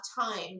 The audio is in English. time